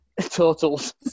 totals